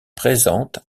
présente